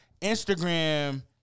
Instagram